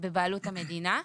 בבעלות המדינה,